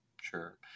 Sure